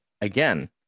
again